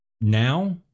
now